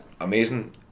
Amazing